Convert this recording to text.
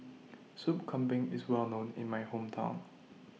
Soup Kambing IS Well known in My Hometown